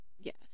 Yes